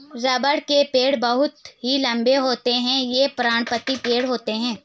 रबड़ के पेड़ बहुत ही लंबे होते हैं ये पर्णपाती पेड़ होते है